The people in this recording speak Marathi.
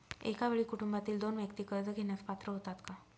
एका वेळी कुटुंबातील दोन व्यक्ती कर्ज घेण्यास पात्र होतात का?